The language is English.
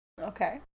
Okay